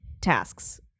tasks